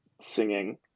singing